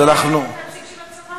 אז אנחנו, נציג של הצבא?